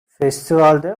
festivalde